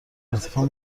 ارتفاع